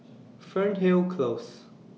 Fernhill Close